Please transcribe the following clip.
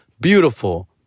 beautiful